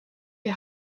die